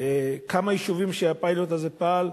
בכמה יישובים שהפיילוט הזה פעל,